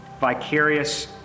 vicarious